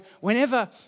whenever